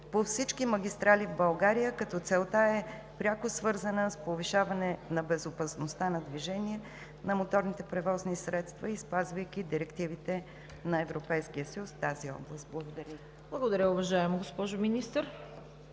по всички магистрали в България, като целта е пряко свързана с повишаване на безопасността на движение на моторните превозни средства, спазвайки и директивите на Европейския съюз в тази област. Благодаря Ви.